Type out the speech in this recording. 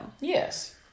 Yes